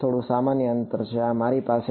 થોડું સામાન્ય અંતર છે આ મારી પાસે છે